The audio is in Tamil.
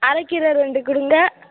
அரை கீரை ரெண்டு கொடுங்க